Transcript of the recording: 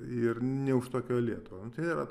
ir ne už tokią lietuvą nu tai yra